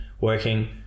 working